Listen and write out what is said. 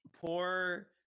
Poor